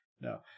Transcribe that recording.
No